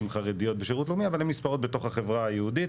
חרדיות בשירות לאומי אבל הן נספרות בתוך החברה היהודית.